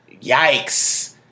Yikes